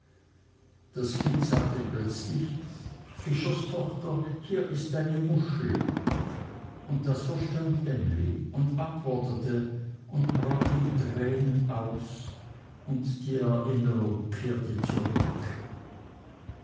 das kind sagte plötzlich fischerstochter hier ist eine muschel und das verstand emly und antwortete und brach in tränen aus und die erinnerung kehrte zurück